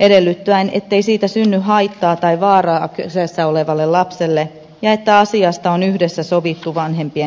edellyttäen ettei siinä synny haittaa tai vaaraa kyseessä olevalle lapselle ja että asiasta on yhdessä sovittu vanhempien kesken